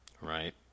Right